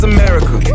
America